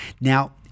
Now